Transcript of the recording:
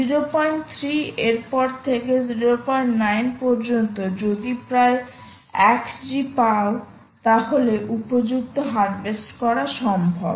03 এরপর থেকে 09 পর্যন্ত যদি প্রায় 1G পাও তাহলে উপযুক্ত হারভেস্ট করা সম্ভব